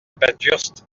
bathurst